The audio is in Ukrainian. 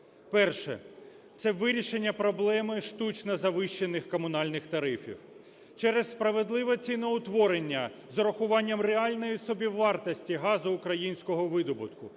Перше – це вирішення проблеми штучно завищених комунальних тарифів через справедливе ціноутворення з урахуванням реальної собівартості газу українського видобутку.